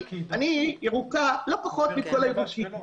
אני ירוקה לא פחות מכל הירוקים.